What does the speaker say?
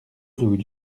rue